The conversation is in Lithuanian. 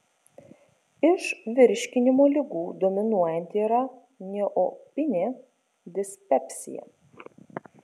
iš virškinimo ligų dominuojanti yra neopinė dispepsija